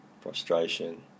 frustration